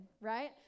right